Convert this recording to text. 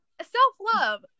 self-love